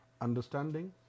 understanding